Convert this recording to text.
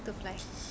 to fly